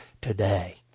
today